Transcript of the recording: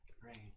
Great